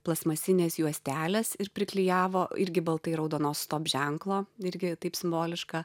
plastmasinės juostelės ir priklijavo irgi baltai raudonos stop ženklo irgi taip simboliška